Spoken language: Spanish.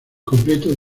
completo